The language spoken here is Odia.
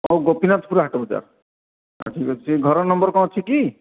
ହଉ ଗୋପୀନାଥପୁର ହାଟ ବଜାର ଆଚ୍ଛା ଠିକ୍ ଅଛି ଘର ନମ୍ବର୍ କ'ଣ ଅଛି କି